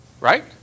right